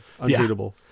untreatable